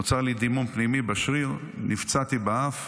נוצר לי דימום פנימי בשריר, נפצעתי באף,